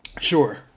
Sure